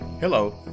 Hello